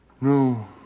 No